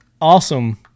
awesome